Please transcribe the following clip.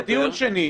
זה דיון שני.